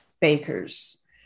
bakers